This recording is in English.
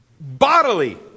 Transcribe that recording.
bodily